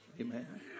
amen